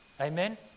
Amen